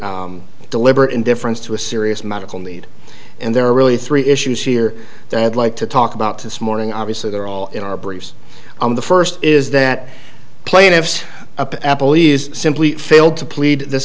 a deliberate indifference to a serious medical need and there are really three issues here that i'd like to talk about this morning obviously they're all in our briefs on the first is that plaintiffs up apple is simply failed to plead th